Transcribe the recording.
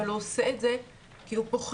אבל הוא עושה את זה כי הוא פוחד.